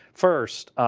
first,